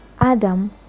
Adam